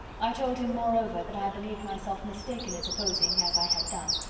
i told him, moreover, that i believed myself mistaken in supposing, as i had done,